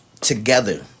Together